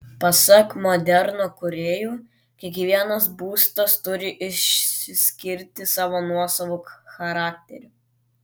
pasak moderno kūrėjų kiekvienas būstas turi išsiskirti savo nuosavu charakteriu